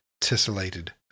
tessellated